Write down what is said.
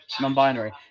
non-binary